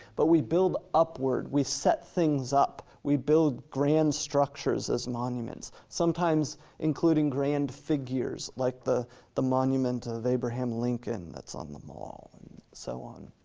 but we build upward. we set things up, we build grand structures as monuments, sometimes including grand figures like the the monument of abraham lincoln that's on the mall and so on.